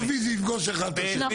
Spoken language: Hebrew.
זה יפגוש אחד את השני.